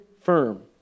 firm